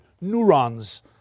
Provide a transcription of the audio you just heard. neurons